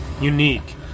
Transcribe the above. unique